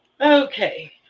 Okay